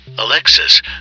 Alexis